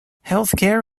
healthcare